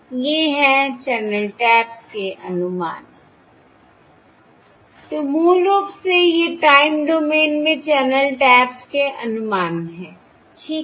ये हैं channel taps के अनुमानI तो मूल रूप से ये टाइम डोमेन में चैनल टैप्स के अनुमान हैं ठीक है